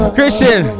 Christian